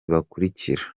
bakurikira